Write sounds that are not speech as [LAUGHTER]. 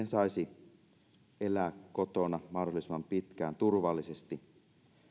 [UNINTELLIGIBLE] saisi elää kotona mahdollisimman pitkään turvallisesti